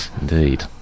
Indeed